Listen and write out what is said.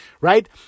right